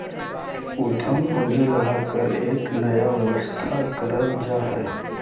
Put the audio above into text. उद्यम पूंजी लगाकर एक नया व्यवसाय करल जा हइ